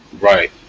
Right